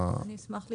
אני אשמח להתייחס.